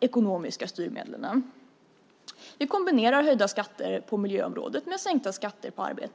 ekonomiska styrmedlen. Vi kombinerar höjda skatter på miljöområdet med sänkta skatter på arbete.